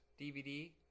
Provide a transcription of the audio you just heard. DVD